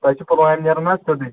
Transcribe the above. تۄہہِ چھُو پُلوامہِ نیرُن حظ سیٛودٕے